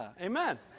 Amen